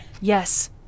Yes